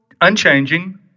unchanging